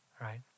Right